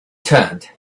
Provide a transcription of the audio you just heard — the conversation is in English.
turned